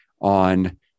on